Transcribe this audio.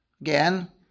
Again